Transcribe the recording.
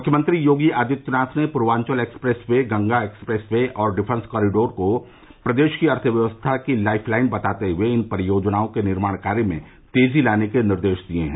मुख्यमंत्री योगी आदित्यनाथ ने Purvanchal expressway Ganga expressway और डिफेंस कॉरिडोर को प्रदेश की अर्थव्यवस्था की लाइफ लाइन बताते हुए इन परियोजनाओं के निर्माण कार्य में तेजी लाने के निर्देश दिए हैं